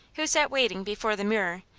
who sat waiting before the mirror,